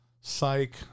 Psych